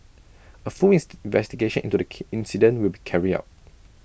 A fullest investigation into the key incident will be carried out